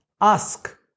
Ask